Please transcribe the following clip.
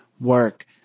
work